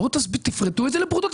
בואו תפרטו את זה לפרוטות,